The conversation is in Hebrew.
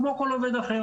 כמו כל עובד אחר.